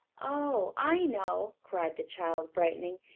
oh, i know, cried the child, brightening.